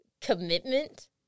commitment